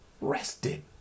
rested